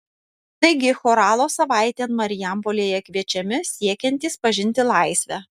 taigi choralo savaitėn marijampolėje kviečiami siekiantys pažinti laisvę